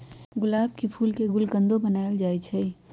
गुलाब के फूल के गुलकंदो बनाएल जाई छई